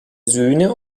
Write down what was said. söhne